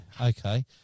okay